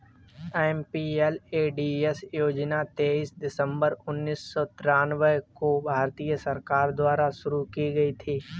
MPLADS योजना तेईस दिसंबर उन्नीस सौ तिरानवे को भारत सरकार द्वारा शुरू की गयी थी